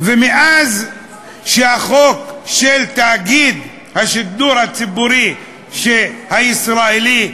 ומאז שהחוק של תאגיד השידור הציבורי הישראלי,